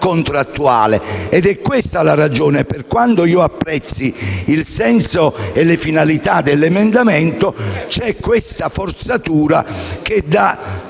è questa la ragione. Per quanto io apprezzi il senso e le finalità dell'emendamento, c'è questa forzatura che da